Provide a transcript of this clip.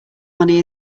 money